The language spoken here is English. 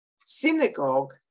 Synagogue